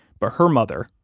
but her mother,